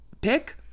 pick